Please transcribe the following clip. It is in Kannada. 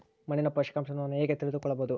ಮಣ್ಣಿನ ಪೋಷಕಾಂಶವನ್ನು ನಾನು ಹೇಗೆ ತಿಳಿದುಕೊಳ್ಳಬಹುದು?